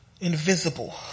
invisible